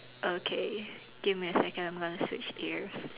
okay give me a second I'm gonna switch ears